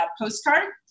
postcard